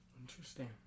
Interesting